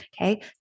Okay